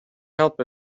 help